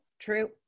true